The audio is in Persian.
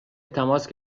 تماس